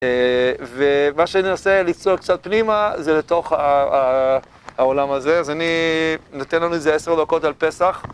ומה שאני עושה, ליצור קצת פנימה, זה לתוך העולם הזה, אז אני... נותן לנו איזה עשר דקות על פסח.